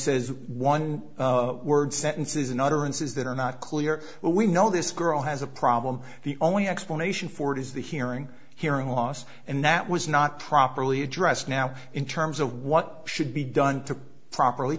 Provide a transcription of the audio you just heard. says one word sentences and utterances that are not clear but we know this girl has a problem the only explanation for it is the hearing hearing loss and that was not properly addressed now in terms of what should be done to properly